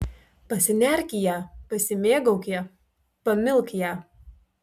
pasinerk į ją pasimėgauk ja pamilk ją